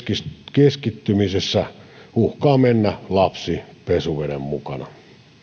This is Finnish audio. keskittymisessä uhkaa mennä lapsi pesuveden mukana